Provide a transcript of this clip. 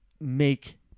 make